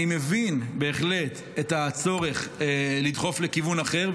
אני מבין בהחלט את הצורך לדחוף לכיוון אחר,